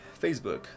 Facebook